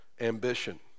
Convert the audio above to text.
ambition